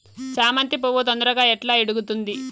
చామంతి పువ్వు తొందరగా ఎట్లా ఇడుగుతుంది?